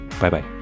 Bye-bye